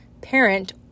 parent